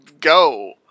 go